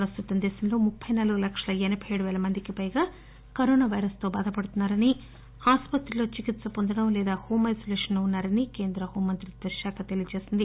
ప్రస్తుతం దేశంలో ముప్పి నాలుగు లక్షల ఎనబై ఏడు వేల మందికి పైగా కరోనా పైరస్ తో బాధపడుతున్నారని ఆసుపత్రిలో చికిత్ప పొందడం లేదా హోమ్ ఐనోలేషన్లో ఉన్నారని కేంద్ర హోం మంత్రిత్వ శాఖ తెలియజేసింది